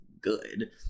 good